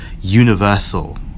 universal